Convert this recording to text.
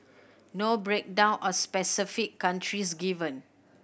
no breakdown of specific countries given